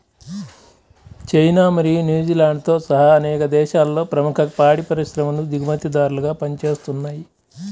China మరియు న్యూజిలాండ్తో సహా అనేక దేశాలలో ప్రముఖ పాడి పరిశ్రమలు దిగుమతిదారులుగా పనిచేస్తున్నయ్